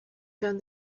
found